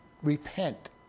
repent